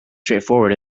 straightforward